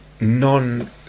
non